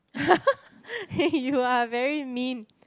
eh you are very mean